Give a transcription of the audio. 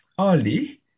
early